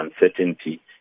uncertainty